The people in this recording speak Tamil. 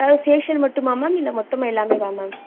அதாவது ஃபேஷியல் மட்டுமா மேம் இல்லை மொத்தமாக எல்லாமேவா மேம்